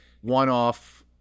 one-off